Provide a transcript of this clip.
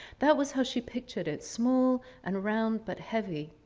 that was how she pictured it. small and round, but heavy.